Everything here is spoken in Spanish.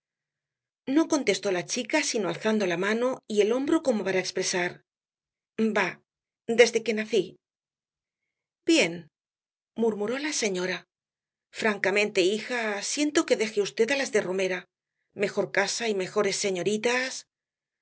no contestó la chica sino alzando la mano y el hombro como para expresar bah desde que nací bien murmuró la señora francamente hija siento que deje v á las de romera mejor casa y mejores señoritas